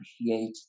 appreciate